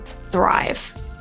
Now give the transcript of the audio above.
thrive